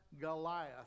Goliath